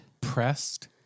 Pressed